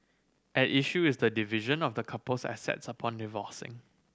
at issue is the division of the couple's assets upon divorcing